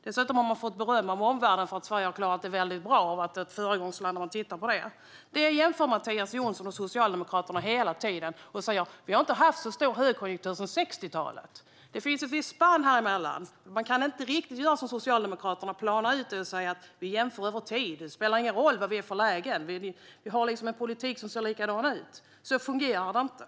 Dessutom har Sverige fått beröm av omvärlden för att vi klarade det väldigt bra och är ett föregångsland. Detta jämför Mattias Jonsson och Socialdemokraterna hela tiden med sin situation och säger att vi inte har en så kraftig högkonjunktur sedan 60talet. Det finns ett visst spann däremellan, och man kan inte riktigt göra som Socialdemokraterna, det vill säga plana ut det och säga: Vi jämför över tid - det spelar ingen roll vilket läge vi har, utan vi har en politik som ser likadan ut. Så fungerar det inte.